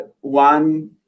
one